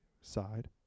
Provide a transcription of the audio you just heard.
side